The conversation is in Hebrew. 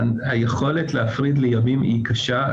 היכולת להפריד לימים היא קשה,